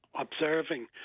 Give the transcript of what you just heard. observing